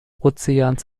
ozeans